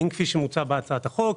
האם כפי שמוצע בהצעת החוק,